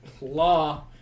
law